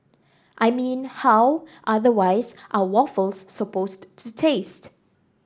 I mean how otherwise are waffles supposed to taste